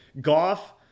Goff